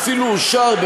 אפילו אושר,